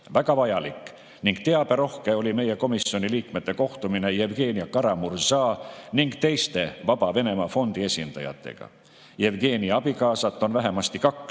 Väga vajalik ning teaberohke oli meie komisjoni liikmete kohtumine Jevgenia Kara-Murza ning teiste Vaba Venemaa Fondi esindajatega. Jevgenia abikaasat on vähemasti kaks